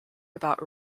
about